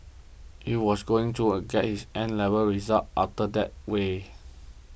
he was going to get his 'N' level results after that way